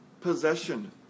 possession